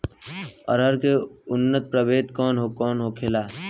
अरहर के उन्नत प्रभेद कौन कौनहोला?